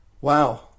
Wow